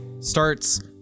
starts